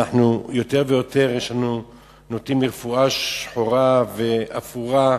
אנחנו יותר ויותר נוטים לרפואה שחורה ואפורה.